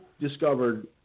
discovered